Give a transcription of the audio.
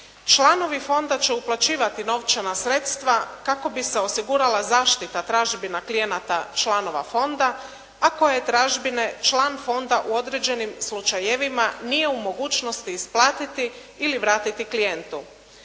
Članovi fonda će uplaćivati novčana sredstva kako bi se osigurala zaštita tražbina klijenata članova fonda a koje je tražbine član fonda u određenim slučajevima nije u mogućnosti isplatiti ili vratiti klijentu.